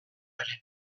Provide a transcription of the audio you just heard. ere